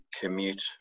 commute